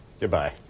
Goodbye